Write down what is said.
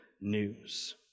news